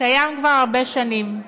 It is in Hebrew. קיימים כבר הרבה שנים.